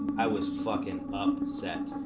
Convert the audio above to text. i was fuckin' upset.